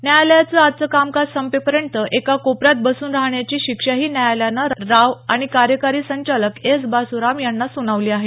न्यायालयाचं आजचं कामकाज संपेपर्यंत एका कोपऱ्यात बसून राहण्याची शिक्षाही न्यायालयानं राव आणि कार्यकारी संचालक एस बासू राम यांना सुनावली आहे